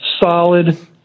solid